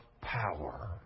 power